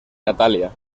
natalia